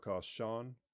Sean